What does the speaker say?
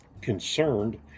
concerned